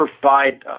provide